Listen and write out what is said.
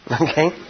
Okay